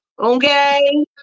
Okay